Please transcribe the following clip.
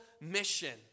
mission